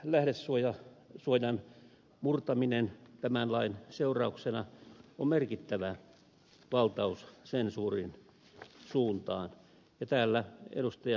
median lähdesuojan murtaminen tämän lain seurauksena on merkittävä valtaus sensuurin suuntaan ja täällä ed